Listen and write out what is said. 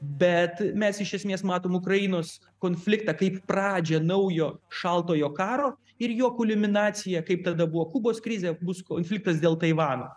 bet mes iš esmės matom ukrainos konfliktą kaip pradžią naujo šaltojo karo ir jo kulminacija kaip tada buvo kubos krizė bus konfliktas dėl taivano